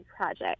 project